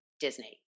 Disney